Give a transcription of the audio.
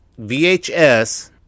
VHS